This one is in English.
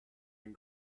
and